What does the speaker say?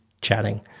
chatting